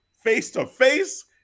face-to-face